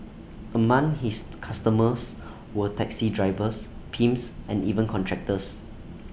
among his customers were taxi drivers pimps and even contractors